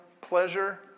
pleasure